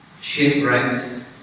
Shipwrecked